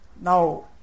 Now